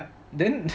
then